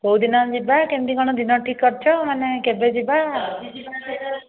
କୋଉ ଦିନ ଯିବା କେମିତି କ'ଣ ଯିବା ଠିକ୍ କରିଛ ମାନେ କେବେ ଯିବା